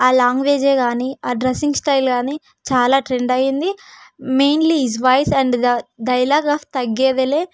ఆ లాంగ్వేజ్ ఏ కాని ఆ డ్రెస్సింగ్ స్టైల్ కాని చాలా ట్రెండ్ అయ్యింది mainly his voice and the dialogue of తగ్గేదేలే